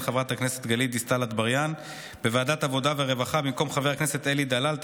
יושב-ראש ועדת הכנסת, לא הקואליציה.